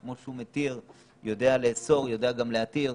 כמו שהוא מתיר, יודע לאסור, יודע גם להתיר.